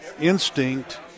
instinct